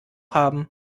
haben